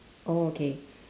oh okay